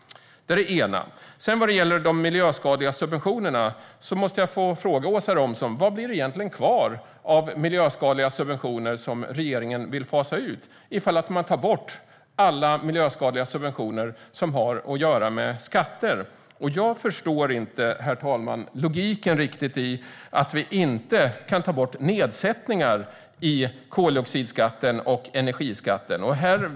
Vad gäller de miljöskadliga subventionerna måste jag få fråga Åsa Romson: Vad blir det egentligen kvar av miljöskadliga subventioner som regeringen vill fasa ut ifall man tar bort alla miljöskadliga subventioner som har att göra med skatter? Herr talman! Jag förstår inte riktigt logiken i att vi inte kan ta bort nedsättningarna i koldioxidskatten och energiskatten.